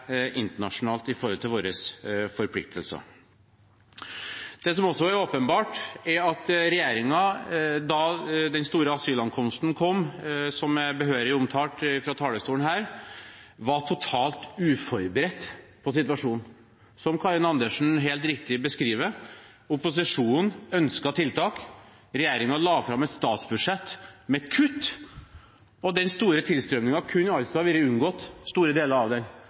internasjonalt, med tanke på våre forpliktelser. Det som også er åpenbart, er at regjeringen – under den store asylankomsten, som er behørig omtalt fra denne talerstolen – var totalt uforberedt på situasjonen. Som Karin Andersen helt riktig beskriver, ønsket opposisjonen tiltak, regjeringen la fram et statsbudsjett med kutt, og store deler av tilstrømningen kunne altså ha vært unngått om regjeringen hadde reagert i tide. Det gjorde den